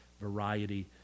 variety